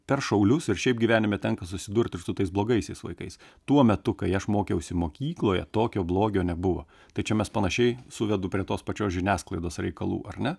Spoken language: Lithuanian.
per šaulius ir šiaip gyvenime tenka susidurt ir su tais blogaisiais vaikais tuo metu kai aš mokiausi mokykloje tokio blogio nebuvo tai čia mes panašiai suvedu prie tos pačios žiniasklaidos reikalų ar ne